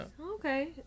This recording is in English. okay